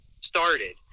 started